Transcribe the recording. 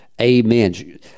Amen